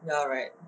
ya right